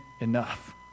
enough